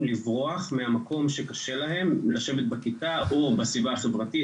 לברוח מהמקום שקשה להם לשבת בכיתה או בסביבה החברתית